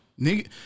Nigga